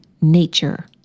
nature